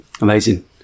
Amazing